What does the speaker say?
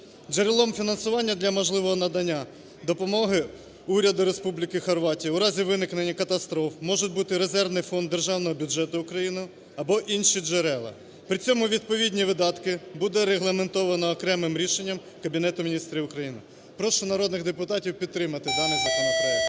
Джерелом фінансування для можливого надання допомоги Уряду Республіки Хорватія у разі виникнення катастроф може бути резервний фонд державного бюджету України або інші джерела. При цьому відповідні видатки буде регламентовано окремим рішенням Кабінету Міністрів України. Прошу народних депутатів підтримати даний законопроект.